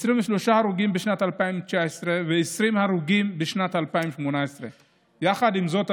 23 הרוגים בשנת 2019 ו-20 הרוגים בשנת 2018. יחד עם זאת,